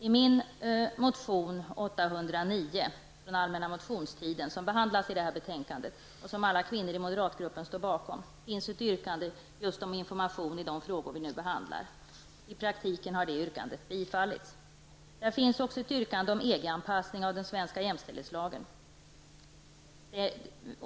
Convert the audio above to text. I min motion A809 från allmänna motionstiden, som behandlas i detta betänkande och som alla kvinnor i moderatgruppen står bakom, finns ett yrkande just om information i de frågor vi nu behandlar. I praktiken har det yrkandet bifallits. Där finns också ett yrkande om EG-anpassning av den svenska jämställdhetslagen.